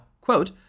quote